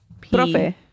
Profe